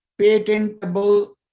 patentable